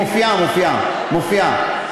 מופיעה,